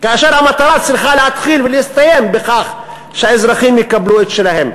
כאשר המטרה צריכה להתחיל ולהסתיים בכך שהאזרחים יקבלו את שלהם.